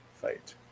fight